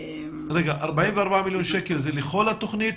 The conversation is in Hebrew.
44 מיליון שקל זה לכל התוכנית,